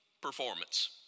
performance